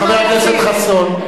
חבר הכנסת חסון.